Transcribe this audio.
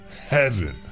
heaven